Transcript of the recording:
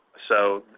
so,